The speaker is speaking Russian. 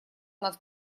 над